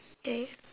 ya